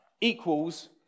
equals